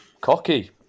Cocky